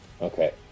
Okay